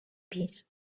pis